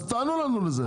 תענו לנו על זה.